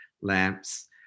lamps